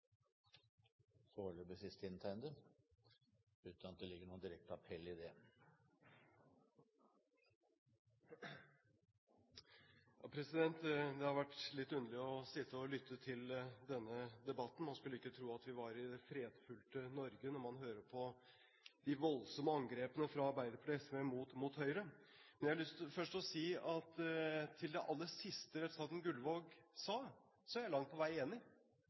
Det har vært litt underlig å sitte og lytte til denne debatten. Man skulle ikke tro at vi var i det fredfylte Norge når man hører på de voldsomme angrepene fra Arbeiderpartiet og SV mot Høyre. Jeg har lyst til først å si til det aller siste representanten Gullvåg sa, at jeg langt på vei er enig,